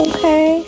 Okay